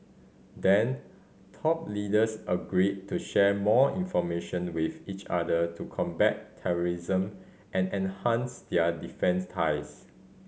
then top leaders agreed to share more information with each other to combat terrorism and enhance their defence ties